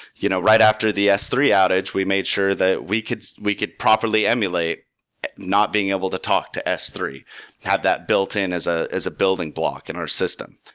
you know right after the s three outage, we made sure that we could we could properly emulate not being able to talk to s three have that built in as ah as a building block in our system.